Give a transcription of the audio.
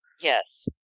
Yes